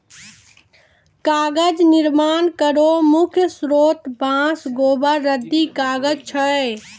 कागज निर्माण केरो मुख्य स्रोत बांस, गोबर, रद्दी कागज छै